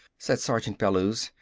said sergeant bellews.